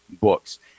books